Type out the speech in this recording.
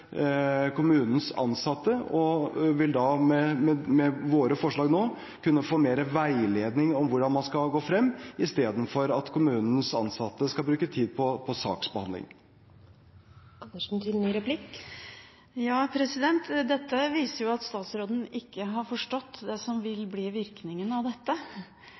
kommunens innbyggere kan møte kommunens ansatte og vil med våre forslag da kunne få mer veiledning om hvordan man skal gå frem, istedenfor at kommunenes ansatte skal bruke tid på saksbehandling. Dette viser at statsråden ikke har forstått hva som vil bli virkningene av dette,